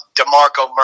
DeMarco